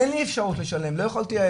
אין לי אפשרות לשלם, לא יכולתי.